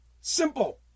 Simple